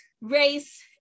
race